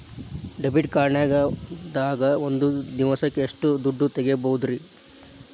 Debit card ದಾಗ ಒಂದ್ ದಿವಸಕ್ಕ ಎಷ್ಟು ದುಡ್ಡ ತೆಗಿಬಹುದ್ರಿ?